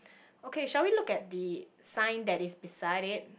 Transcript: okay shall we look at the sign that is beside it